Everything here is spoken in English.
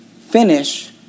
finish